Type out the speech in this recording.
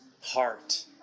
heart